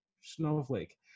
snowflake